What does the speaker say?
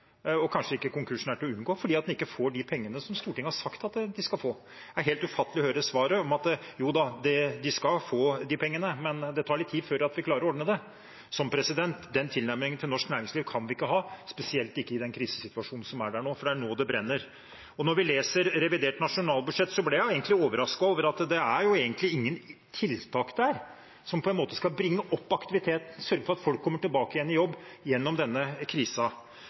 kanskje ikke er til å unngå fordi en ikke får de pengene som Stortinget har sagt at en skal få. Det er helt ufattelig å høre svaret – at jo da, de skal få de pengene, men det tar litt tid før vi klarer å ordne det. Den tilnærmingen til norsk næringsliv kan vi ikke ha, spesielt ikke i den krisesituasjonen som er nå, for det er nå det brenner. Når jeg leser revidert nasjonalbudsjett, blir jeg egentlig overrasket over at det egentlig ikke er noen tiltak der som på en måte skal bringe opp aktiviteten og sørge for at folk kommer tilbake igjen i jobb og gjennom denne